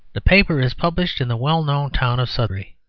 the paper is published in the well-known town of sudbury,